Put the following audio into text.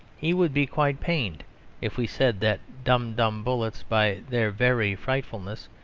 he would be quite pained if we said that dum-dum bullets, by their very frightfulness,